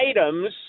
items